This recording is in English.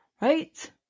Right